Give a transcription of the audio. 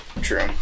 true